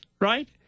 right